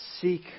seek